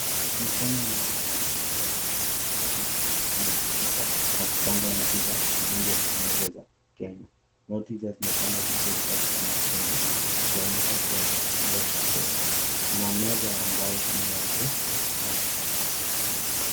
Mikono miwili ya mtu aliyevalia nguo nyekundu inaonekana ikishika na kupanga noti za shilingi elfu moja za Kenya. Noti hizo zimepangwa zimepangwa vizuri katika mafungu zikionyesha kiasi kikubwa cha pesa. Kuna meza ya mbao chini yake na...